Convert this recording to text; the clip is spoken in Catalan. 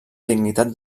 dignitat